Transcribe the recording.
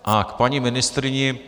A k paní ministryni.